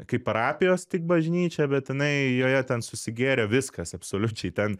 kaip parapijos tik bažnyčia bet jinai joje ten susigėrė viskas absoliučiai ten